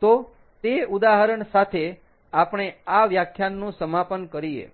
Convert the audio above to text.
તો તે ઉદાહરણ સાથે આપણે આ વ્યાખ્યાનનું સમાપન કરીએ